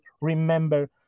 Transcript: remember